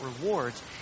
rewards